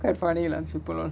quite funny lah super long